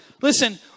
Listen